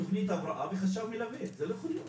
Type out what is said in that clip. תוכנית הבראה וחשב מלווה זה לא יכול להיות.